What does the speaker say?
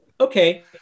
Okay